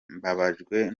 mbabajwe